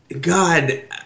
God